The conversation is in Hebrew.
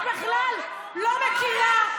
את בכלל לא מכירה,